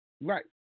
Right